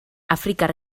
afrikar